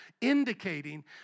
indicating